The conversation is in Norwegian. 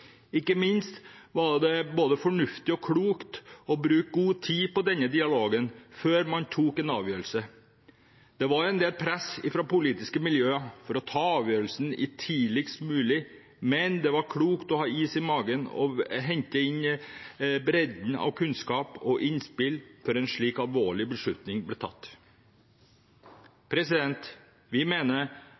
Ikke minst var det både fornuftig og klokt å bruke god tid på denne dialogen før man tok en avgjørelse. Det var en del press fra politiske miljøer for å ta avgjørelsen tidligst mulig, men det var klokt å ha is i magen og hente inn bredden av kunnskap og innspill før en slik alvorlig beslutning ble tatt. Vi mener